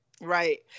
Right